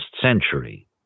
century